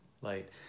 light